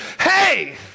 hey